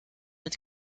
mit